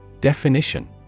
Definition